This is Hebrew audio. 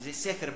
שזה ספר,